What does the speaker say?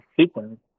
sequence